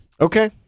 Okay